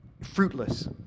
fruitless